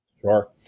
Sure